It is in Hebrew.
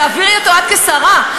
תעבירי אותו את כשרה,